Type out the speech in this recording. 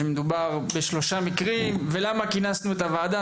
שמדובר בשלושה מקרים ולמה כינסנו את הוועדה,